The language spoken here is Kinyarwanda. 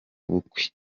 bukwe